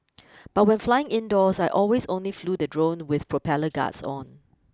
but when flying indoors I always only flew the drone with propeller guards on